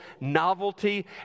novelty